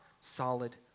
solid